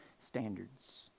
standards